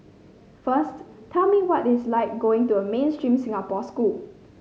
first tell me what its like going to a mainstream Singapore school